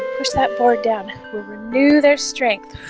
push that board down will renew their strength